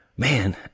Man